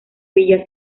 villa